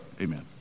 amen